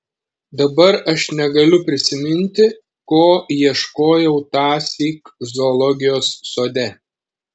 dabar aš negaliu prisiminti ko ieškojau tąsyk zoologijos sode